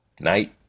night